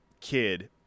kid